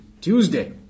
Tuesday